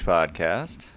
Podcast